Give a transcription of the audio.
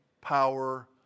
power